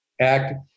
Act